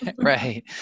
Right